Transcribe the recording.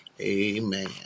Amen